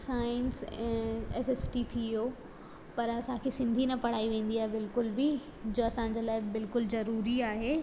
science ऐं SST थी वियो पर असांखे सिंधी न पढ़ाई वेंदी आहे बिल्कुल बि जो असांजे लाइ बिल्कुलु ज़रूरी आहे